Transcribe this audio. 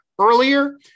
earlier